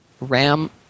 RAM